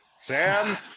Sam